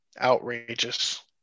Outrageous